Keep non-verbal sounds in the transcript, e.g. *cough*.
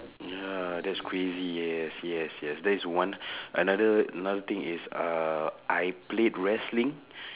ya that's crazy yes yes yes that is one *breath* another another thing is uh I played wrestling *breath*